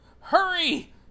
Hurry